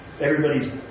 Everybody's